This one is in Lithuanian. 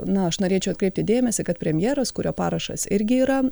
na aš norėčiau atkreipti dėmesį kad premjeras kurio parašas irgi yra